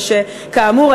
וכאמור,